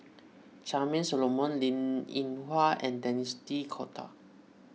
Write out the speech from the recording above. Charmaine Solomon Linn in Hua and Denis D'Cotta